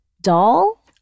doll